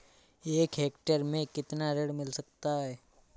एक हेक्टेयर में कितना ऋण मिल सकता है?